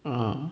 ah